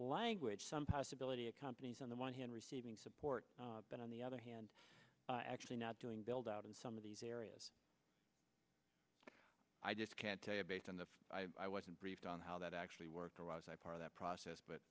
language some possibility of companies on the one hand receiving support but on the other hand actually not doing build out in some of these areas i just can't tell you based on the i wasn't briefed on how that actually worked or was i part of that process but